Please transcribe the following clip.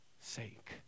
sake